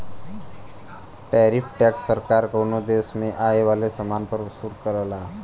tariff tax सरकार कउनो देश में आये वाले समान पर वसूल करला